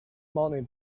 money